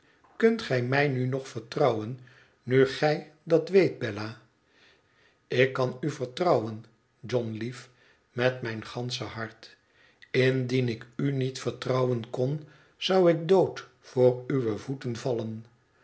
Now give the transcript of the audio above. kunt gij mij nu nog vertrouwen nu gij dat weet bella ik kan u vertrouwen john lief met mijn gansche hart indien ik u niet vertrouwen kon zou ik dood voor uwe voeten vallen